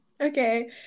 okay